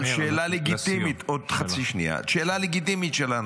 על השאלה הלגיטימית -- מאיר,